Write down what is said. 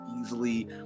easily